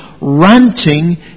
ranting